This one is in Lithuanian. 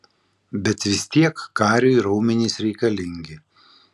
bet vis tiek kariui raumenys reikalingi